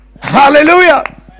hallelujah